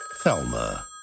Thelma